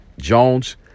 Jones